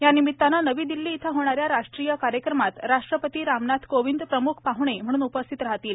या निमित्ताने नवी दिल्ली येथे होणा या राष्ट्रीय कार्यक्रमात राष्ट्रपती रामनाथ कोविंद प्रम्ख पाहणे म्हणून उपस्थित राहणार आहेत